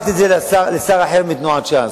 לשר אחר מתנועת ש"ס.